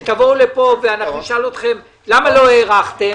שתבואו לפה ונשאל: למה לא הארכתם?